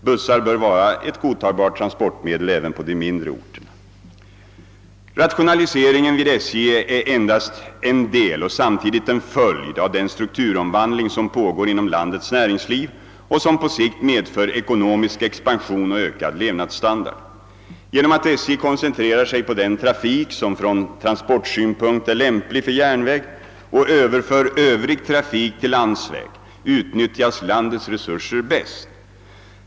Bussar bör vara ett godtagbart transportmedel även för de mindre orterna, Rationaliseringen vid SJ är endast en del och samtidigt en följd av den strukturomvandling, som pågår inom landets näringsliv och som på sikt medför ekonomisk expansion och ökad levnadsstandard. Genom att SJ koncentrerar sig på den trafik, som från transportkostnadssynpunkt är lämplig för järnväg och överför övrig trafik till landsväg, utnyttjas landets resurser bättre.